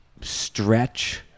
stretch